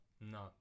No